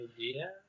idea